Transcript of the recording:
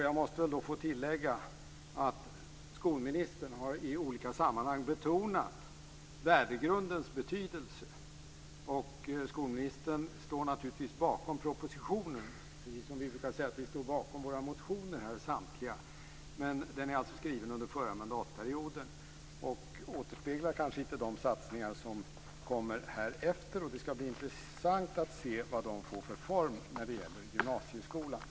Jag måste då få tillägga att skolministern i olika sammanhang har betonat värdegrundens betydelse, och skolministern står naturligtvis bakom propositionen, precis som vi brukar säga att vi stå bakom våra motioner. Men propositionen är alltså skriven under den förra mandatperioden och återspeglar kanske inte de satsningar som kommer härefter. Det skall därför bli intressant att se vad de får för form när det gäller gymnasieskolan.